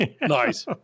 Nice